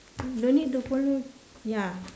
no need to follow ya